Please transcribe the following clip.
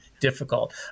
difficult